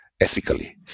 Ethically